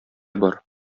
бар